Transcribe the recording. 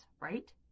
right